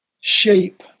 shape